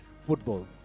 football